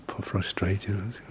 frustrated